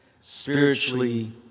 spiritually